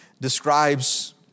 describes